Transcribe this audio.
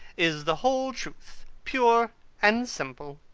is the whole truth pure and simple.